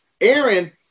Aaron